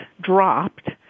dropped